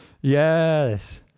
Yes